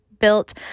built